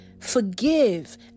forgive